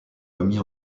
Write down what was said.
remis